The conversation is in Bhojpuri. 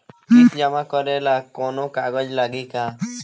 किस्त जमा करे ला कौनो कागज लागी का?